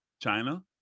China